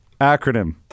acronym